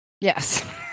Yes